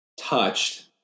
touched